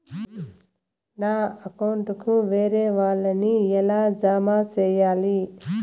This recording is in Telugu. నా అకౌంట్ కు వేరే వాళ్ళ ని ఎలా జామ సేయాలి?